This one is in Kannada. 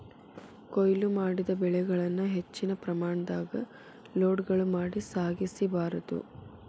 ಕೋಯ್ಲು ಮಾಡಿದ ಬೆಳೆಗಳನ್ನ ಹೆಚ್ಚಿನ ಪ್ರಮಾಣದಾಗ ಲೋಡ್ಗಳು ಮಾಡಿ ಸಾಗಿಸ ಬಾರ್ದು